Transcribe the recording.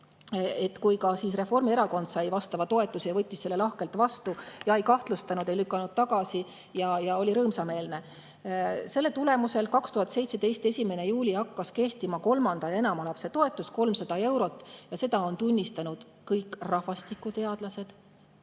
kohta? Kui Reformierakond sai vastava toetuse, siis võttis ta selle lahkelt vastu ja ei kahtlustanud midagi, ei lükanud tagasi ja oli rõõmsameelne. Selle tulemusel 2017. aasta 1. juulil hakkas kehtima kolmanda ja enama lapse toetus 300 eurot. Ja seda on tunnistanud kõik rahvastikuteadlased,